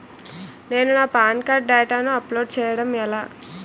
నేను నా PAN card డేటాను అప్లోడ్ చేయడం ఎలా?